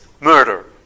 murder